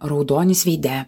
raudonis veide